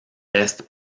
reste